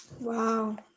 Wow